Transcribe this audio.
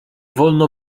wolno